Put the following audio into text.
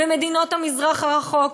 ומדינות המזרח הרחוק,